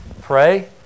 Pray